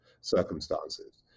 circumstances